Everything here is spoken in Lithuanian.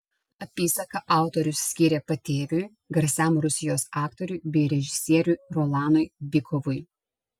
apysaką autorius skyrė patėviui garsiam rusijos aktoriui bei režisieriui rolanui bykovui